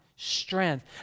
strength